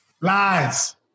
Lies